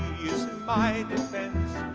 he is my defense,